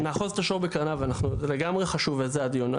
נאחוז את השור בקרניו, לגמרי חשוב לדיון.